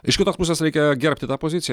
iš kitos pusės reikia gerbti tą poziciją